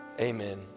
Amen